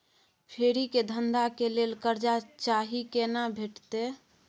फेरी के धंधा के लेल कर्जा चाही केना भेटतै?